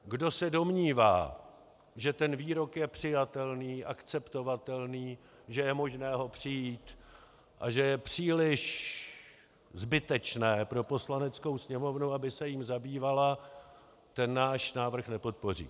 Kdo se domnívá, že ten výrok je přijatelný, akceptovatelný, že je možné ho přejít a že je příliš zbytečné pro Poslaneckou sněmovnu, aby se jím zabývala, ten náš návrh nepodpoří.